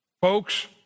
Folks